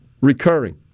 recurring